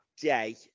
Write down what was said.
day